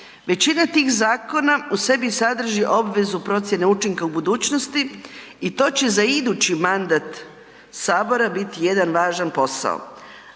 Većina tih zakona u sebi sadrži obvezu procjene učinka u budućnosti i to će za idući mandat Sabora biti jedan važan posao.